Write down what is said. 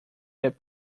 that